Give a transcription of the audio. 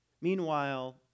Meanwhile